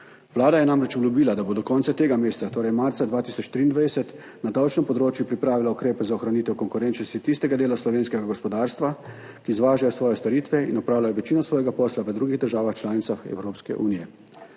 Vlada je namreč obljubila, da bo do konca tega meseca, torej marca 2023, na davčnem področju pripravila ukrepe za ohranitev konkurenčnosti tistega dela slovenskega gospodarstva, ki izvaža svoje storitve in opravlja večino svojega posla v drugih državah članicah Evropske unije.